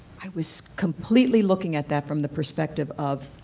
i was completely looking at that from the perspective of